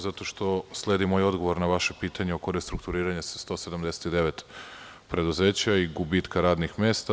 Zato što sledi moj odgovor na vaše pitanje oko restrukturiranja 179 preduzeća i gubitka radnih mesta.